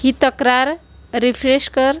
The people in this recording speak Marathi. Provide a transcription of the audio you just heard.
ही तक्रार रिफ्रेश कर